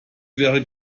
wäre